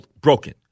broken